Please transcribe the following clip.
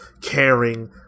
caring